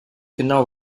genau